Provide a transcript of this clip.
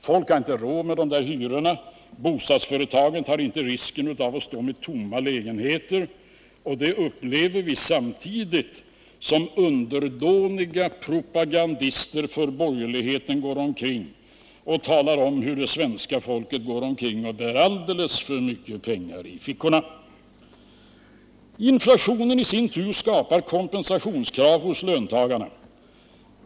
Folk har inte råd med dessa hyror. Bostadsföretagen tar inte risken att stå med tomma lägenheter. Detta upplever vi samtidigt som underdåniga propagandister för borgerligheten far omkring och talar om att svenska folket bär alldeles för mycket pengar i fickorna. Inflationen i sin tur skapar kompensationskrav hos löntagarna.